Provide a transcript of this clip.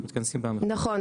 נכון.